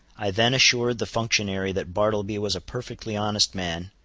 i then assured the functionary that bartleby was a perfectly honest man,